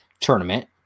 tournament